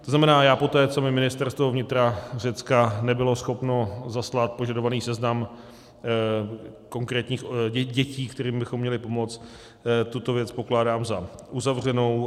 To znamená, já poté, co mi Ministerstvo vnitra Řecka nebylo schopno zaslat požadovaný seznam konkrétních dětí, kterým bychom měli pomoct, tuto věc pokládám za uzavřenou.